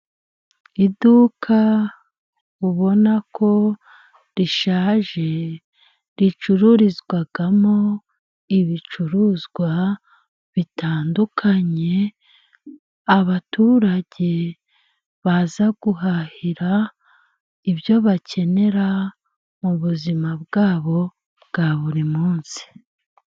Iduka ubona ko rishaje ricururizwamo ibicuruzwa bitandukanye, abaturage baza guhahira ibyo bakenera mu buzima bwabo bwa buri munsi.